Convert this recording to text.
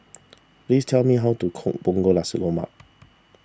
please tell me how to cook Punggol Nasi Lemak